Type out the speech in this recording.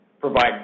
provide